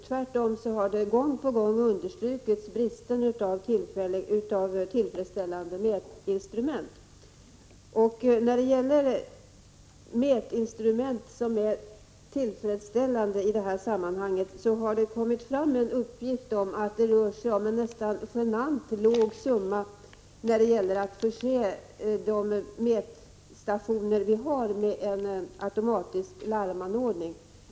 Man har i massmedia gång på gång understrukit bristen på tillfredsställande mätinstrument. Beträffande mätinstrument som är tillfredsställande i detta sammanhang har det kommit fram en uppgift om att det rör sig om en nästan genant låg summa för att förse de mätstationer vi har med en automatisk larmanordning.